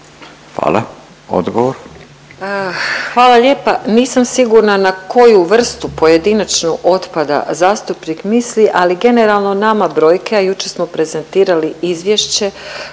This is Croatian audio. Marija (HDZ)** Hvala lijepa. Nisam sigurna na koju vrstu pojedinačnu otpada zastupnik misli, ali generalno nama brojke, a jučer smo prezentirali izvješće